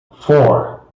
four